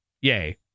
Yay